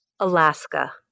Alaska